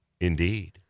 indeed